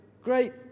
great